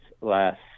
last